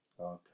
Okay